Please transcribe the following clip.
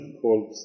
called